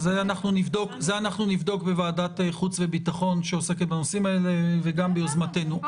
זה אנחנו נבדוק בוועדת חוץ וביטחון שעוסקת בנושאים האלה וגם ביוזמתנו.